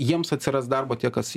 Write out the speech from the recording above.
jiems atsiras darbo tie kas